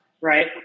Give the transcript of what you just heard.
right